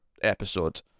episode